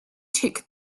took